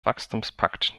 wachstumspakt